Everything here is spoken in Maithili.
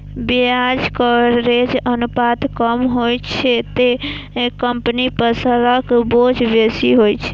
ब्याज कवरेज अनुपात कम होइ छै, ते कंपनी पर ऋणक बोझ बेसी होइ छै